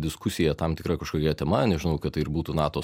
diskusija tam tikra kažkokia tema nežinau kad tai ir būtų nato